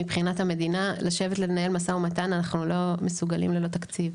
מבחינת המדינה לשבת לנהל משא ומתן אנחנו לא מסוגלים ללא תקציב.